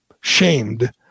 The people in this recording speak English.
shamed